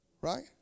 Right